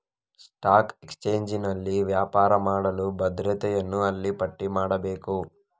stock ಎಕ್ಸ್ಚೇಂಜಿನಲ್ಲಿ ವ್ಯಾಪಾರ ಮಾಡಲು ಭದ್ರತೆಯನ್ನು ಅಲ್ಲಿ ಪಟ್ಟಿ ಮಾಡಬೇಕು